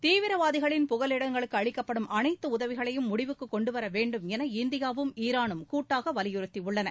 தீவிரவாதிகளின் புகலிடங்களுக்கு அளிக்கப்படும் அளைத்து உதவிகளையும் முடிவுக்கு கொண்டுவர வேண்டும் என இந்தியாவும் ஈரானும் கூட்டாக வலியுறுத்தியுள்ளன